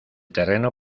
terreno